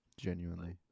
Genuinely